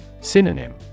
Synonym